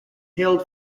hailed